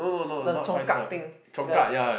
the Congkak thing the